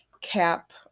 cap